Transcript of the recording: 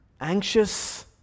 anxious